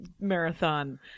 marathon